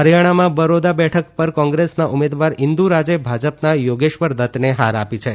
હરીયાણામાં બરોદા બેઠક પર કોંગ્રેસના ઉમેદવાર ઇંદુ રાજે ભાજપના યોગેશ્વર દતને હાર આપી છે